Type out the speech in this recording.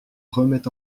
remet